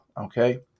Okay